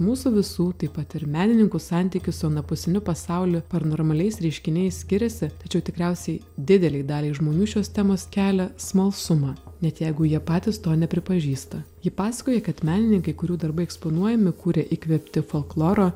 mūsų visų taip pat ir menininkų santykius su anapusiniu pasauliu paranormaliais reiškiniais skiriasi tačiau tikriausiai didelei daliai žmonių šios temos kelia smalsumą net jeigu jie patys to nepripažįsta ji pasakoja kad menininkai kurių darbai eksponuojami kūrė įkvėpti folkloro